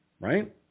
right